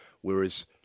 Whereas